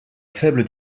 faible